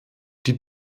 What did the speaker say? die